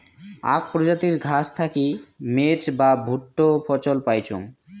আক প্রজাতির ঘাস থাকি মেজ বা ভুট্টা ফছল পাইচুঙ